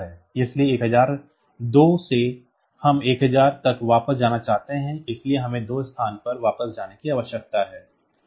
इसलिए 1002 से हम 1000 तक वापस जाना चाहते हैं इसलिए हमें दो स्थानों पर वापस जाने की आवश्यकता है